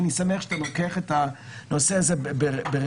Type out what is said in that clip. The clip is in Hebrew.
ואני שמח שאתה לוקח את הנושא הזה ברצינות.